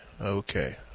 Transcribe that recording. okay